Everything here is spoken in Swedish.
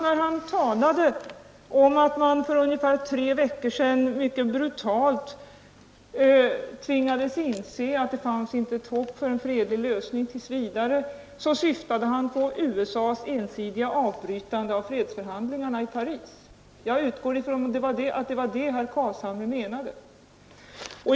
När han talade om att man för ungefär tre veckor sedan mycket brutalt tvingades inse att det inte finns något hopp om en fredlig lösning tills vidare, utgår jag från att han syftade på USA:s ensidiga avbrytande av fredsförhandlingarna i Paris.